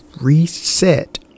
reset